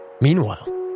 Meanwhile